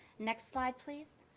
next slide, please.